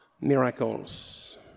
miracles